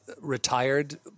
retired